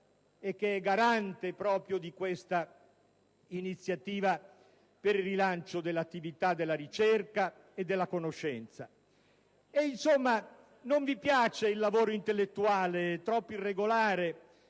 e che è garante di questa iniziativa per il rilancio dell'attività della ricerca e della conoscenza. Insomma, non vi piace il lavoro intellettuale, troppo irregolare,